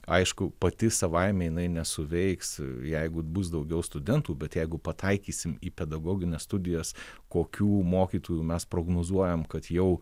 aišku pati savaime jinai nesuveiks jeigu bus daugiau studentų bet jeigu pataikysim į pedagogines studijas kokių mokytojų mes prognozuojam kad jau